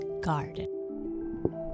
Garden